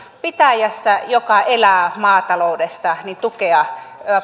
pitäjässä joka elää maataloudesta tukea